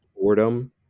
boredom